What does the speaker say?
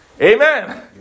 amen